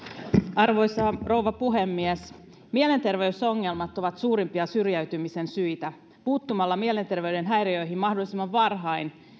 arvoisa rouva puhemies mielenterveysongelmat ovat suurimpia syrjäytymisen syitä puuttumalla mielenterveyden häiriöihin mahdollisimman varhain